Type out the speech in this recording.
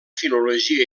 filologia